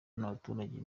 n’abaturage